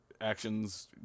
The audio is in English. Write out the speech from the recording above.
actions